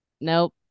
Nope